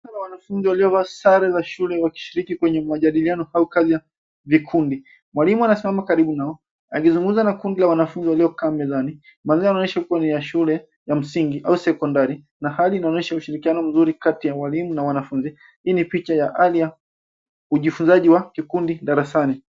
Kundi ya wanafunzi waliovaa sare za shule wakishriki kwenye majadiliano au kazi ya vikundi. Mwalimu anasimama karibu nao akizungumza na kundi ya wanafunzi walio kaa mezani. Mazingira nayoshuku ni shule ya msingi au sekondari na hali inaonyesha ushirikiano mzuri kati ya mwalimu na wanafunzi, hii ni picha ya alia ujifunzaji wa kikundi darasani.